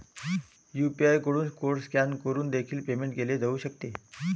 UPI कडून code scan करून देखील पेमेंट केले जाऊ शकते